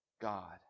God